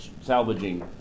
salvaging